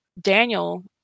Daniel